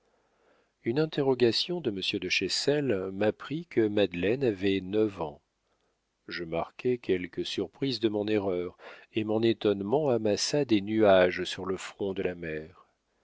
une interrogation de monsieur de chessel m'apprit que madeleine avait neuf ans je marquai quelque surprise de mon erreur et mon étonnement amassa des nuages sur le front de la mère